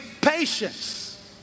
patience